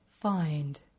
find